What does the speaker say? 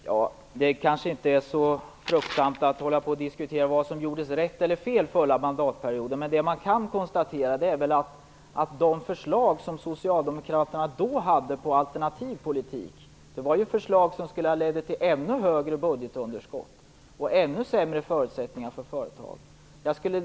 Herr talman! Det kanske inte är så fruktsamt att diskutera vad som gjordes rätt eller fel under den förra mandatperioden. Men vad som kan konstateras är att de förslag till en alternativ politik som Socialdemokraterna hade skulle ha lett till ännu högre budgetunderskott och ännu sämre förutsättningar för företagen.